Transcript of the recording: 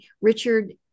richard